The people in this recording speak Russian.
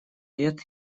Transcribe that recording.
лет